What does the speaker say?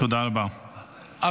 תודה רבה.